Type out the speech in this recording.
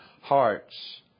hearts